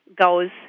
goes